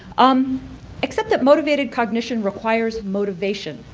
um except that motivated cognition requires motivation,